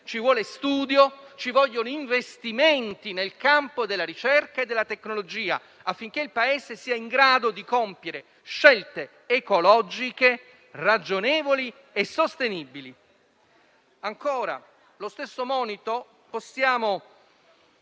Ci vuole studio; ci vogliono gli investimenti nel campo della ricerca e della tecnologia affinché il Paese sia in grado di compiere scelte ecologiche ragionevoli e sostenibili. Lo stesso monito, fatti